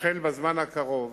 תחל בזמן הקרוב